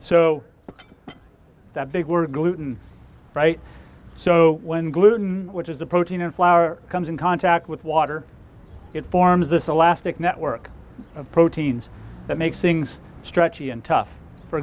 so that big we're gluten right so when gluten which is the protein and flour comes in contact with water it forms a lastic network of proteins that makes things stretchy and tough for